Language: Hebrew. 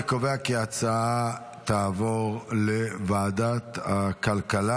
אני קובע כי ההצעה תעבור לוועדת הכלכלה.